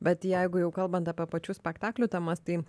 bet jeigu jau kalbant apie pačių spektaklių temas tai